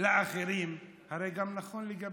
לאחרים הרי גם נכון לגביך.